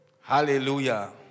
Hallelujah